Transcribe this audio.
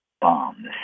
bombs